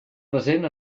present